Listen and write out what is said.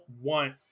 want